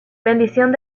bendición